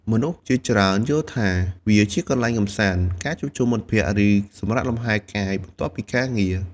មនុស្សជាច្រើនយល់ថាវាជាកន្លែងកម្សាន្ត ការជួបជុំមិត្តភក្តិ ឬសម្រាកលំហែកាយបន្ទាប់ពីការងារ ។